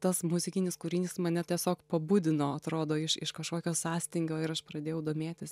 tas muzikinis kūrinys mane tiesiog pabudino atrodo iš iš kažkokio sąstingio ir aš pradėjau domėtis